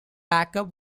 backup